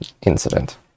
incident